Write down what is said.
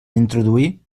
introduir